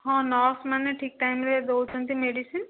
ହଁ ନର୍ସମାନେ ଠିକ୍ ଟାଇମରେ ଦେଉଛନ୍ତି ମେଡିସିନ